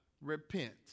Repent